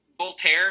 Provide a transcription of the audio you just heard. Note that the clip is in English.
Voltaire